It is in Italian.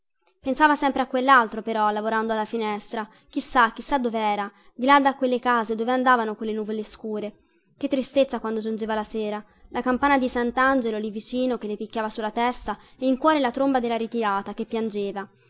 pensava sempre a quellaltro però lavorando alla finestra chissà chissà dovera di là da quelle case dove andavano quelle nuvole scure che tristezza quando giungeva la sera la campana di santangelo lì vicino che le picchiava sulla testa e in cuore la tromba della ritirata che piangeva